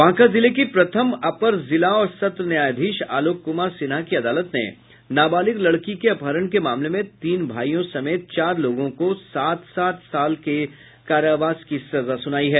बांका जिले की प्रथम अपर जिला और सत्र न्यायाधीश आलोक कुमार सिन्हा की अदालत ने नाबालिग लड़की के अपहरण के मामले में तीन भाईयों समेत चार लोगों को सात सात साल के कारावास की सजा सुनाई है